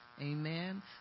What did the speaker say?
Amen